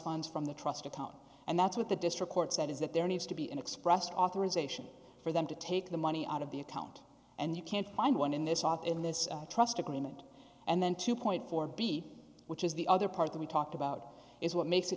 funds from the trust account and that's what the district court said is that there needs to be an expressed authorization for them to take the money out of the account and you can't find one in this op in this trust agreement and then two four b which is the other part that we talked about is what makes it